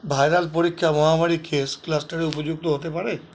viral পরীক্ষা মহামারী case ক্লাস্টারে উপযুক্ত হতে পারে